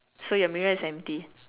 so your mirror is empty